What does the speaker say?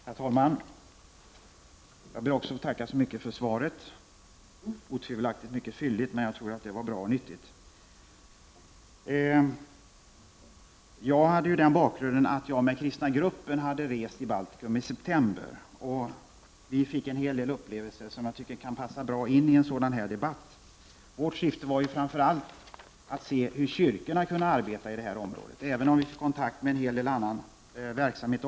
Herr talman! Jag ber också att få tacka så mycket för svaret. Svaret är otvivelaktigt mycket fylligt, något som jag tror är bra och nyttigt. Jag har den bakgrunden att jag med den kristna gruppen i september reste i Baltikum. Vi fick där en hel del upplevelser som jag tycker att det kan passa bra att redogöra för i en sådan här debatt. Syftet med vår resa var framför allt att se hur kyrkorna kunde arbeta i det här området, även om vi givetvis fick kontakt också med en hel del annan verksamhet.